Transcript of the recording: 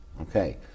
Okay